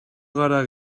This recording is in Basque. gara